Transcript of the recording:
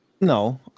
no